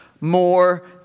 more